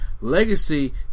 Legacy